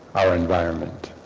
our environment